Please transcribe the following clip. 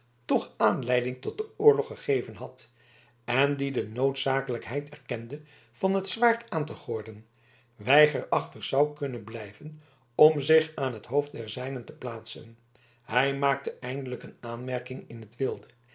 toch aanleiding tot den oorlog gegeven had en die de noodzakelijkheid erkende van het zwaard aan te gorden weigerachtig zou kunnen blijven om zich aan het hoofd der zijnen te plaatsen hij maakte eindelijk een aanmerking in t wilde